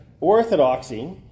orthodoxy